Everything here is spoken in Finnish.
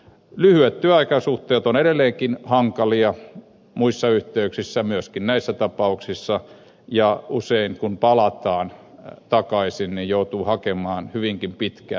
lyhyet työsuhteet ovat edelleenkin hankalia muissa yhteyksissä myöskin näissä tapauksissa ja usein kun palataan takaisin joudutaan hakemaan hyvinkin pitkään